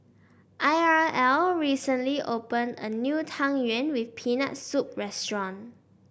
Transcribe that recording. Irl recently opened a new Tang Yuen with Peanut Soup restaurant